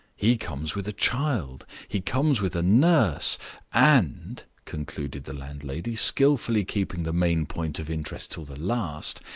he comes with a child he comes with a nurse and, concluded the landlady, skillfully keeping the main point of interest till the last,